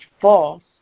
false